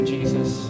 Jesus